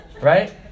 right